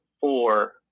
four